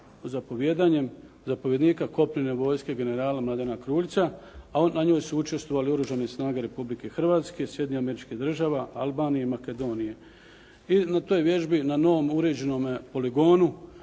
zapovjednika kopnene vojske generala Mladena Kruljića, a na njoj su učestvovale Oružane snage Republike Hrvatske, Sjedinjenih Američkih Država, Albanije i Makedonije i na toj vježbi na novom uređenom poligonu,